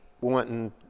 wanting